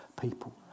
people